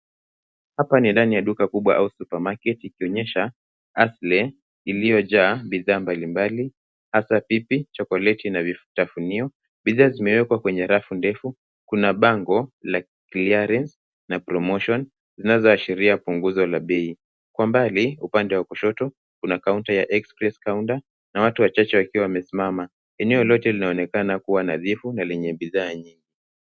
Hapa ni ndani ya duka au supermarket ikionyesha hasli ilio jaa bidhaa mbali mbali hasa pipi, chokoleti na vitafunio. Bidhaa zimewekwa kwenye rafu ndefu, kuna bango la clearance na promotion zinazo ashria pungozo la bei, kwa mbali upande wa kushoto kuna kaunta ya express counter na watu wachace wakiwa wamesimama, eneo lote lina onekana kuwa nadhifu na lenye bidhaa nyingi.